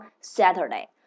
Saturday